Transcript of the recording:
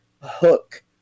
hook